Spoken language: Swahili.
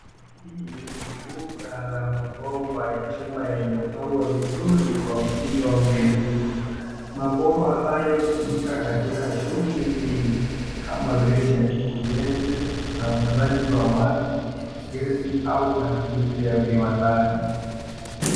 Hili ni bunda la mabomba ya chuma yaliyopangwa vizuri kwa mtindo wa mviringo. Mabomba hayo hutumika katika shughuli nyingi kama vile ujenzi, usambazaji wa maji, gesi au matumizi ya viwandani.